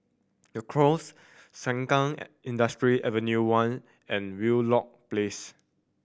The Knolls Sengkang Industrial Ave One and Wheelock Place